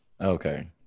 Okay